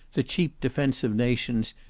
the cheap defence of nations,